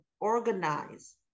organize